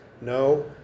no